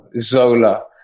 Zola